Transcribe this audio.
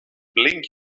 blinking